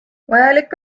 vajalik